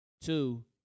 Two